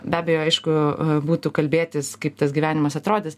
be abejo aišku būtų kalbėtis kaip tas gyvenimas atrodys